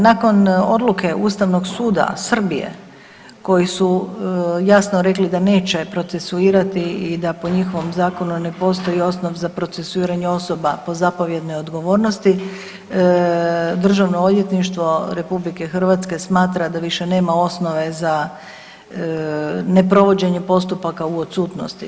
Nakon odluke Ustavnog suda Srbije koji su jasno rekli da neće procesuirati i da po njihovom zakonu ne postoji osnov za procesuiranje osoba po zapovjednoj odgovornosti DORH smatra da više nema osnove za neprovođenje postupaka u odsutnosti.